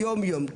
יום-יום.